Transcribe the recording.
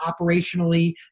operationally